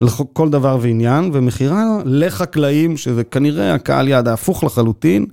לכל דבר ועניין ומכירה לחקלאים שזה כנראה הקהל יעד ההפוך לחלוטין